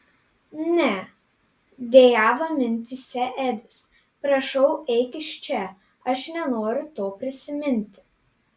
ne dejavo mintyse edis prašau eik iš čia aš nenoriu to prisiminti